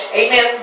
amen